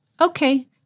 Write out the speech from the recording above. Okay